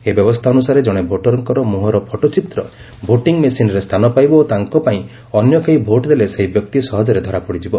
ଏହି ବ୍ୟବସ୍ଥା ଅନୁସାରେ ଜଣେ ଭୋଟରଙ୍କର ମୁହଁର ଫଟୋଚିତ୍ର ଭୋଟିଂ ମେସିନ୍ରେ ସ୍ଥାନ ପାଇବ ଓ ତାଙ୍କ ପାଇଁ ଅନ୍ୟ କେହି ଭୋଟ୍ ଦେଲେ ସେହି ବ୍ୟକ୍ତି ସହଜରେ ଧରାପଡ଼ିଯିବ